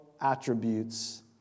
attributes